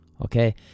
okay